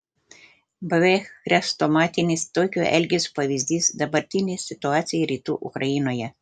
beveik chrestomatinis tokio elgesio pavyzdys dabartinė situacija rytų ukrainoje